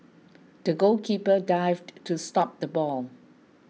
the goalkeeper dived to stop the ball